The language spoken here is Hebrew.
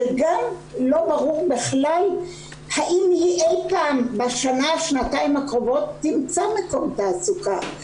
שגם לא ברור בכלל האם היא בשנה-שנתיים הקרובות תמצא מקום תעסוקה.